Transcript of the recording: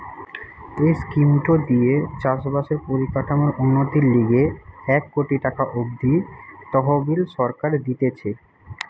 এই স্কিমটো দিয়ে চাষ বাসের পরিকাঠামোর উন্নতির লিগে এক কোটি টাকা অব্দি তহবিল সরকার দিতেছে